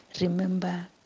remember